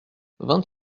vingt